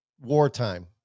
wartime